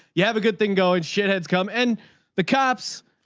you have a good thing going shitheads com. and the cop's,